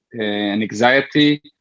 anxiety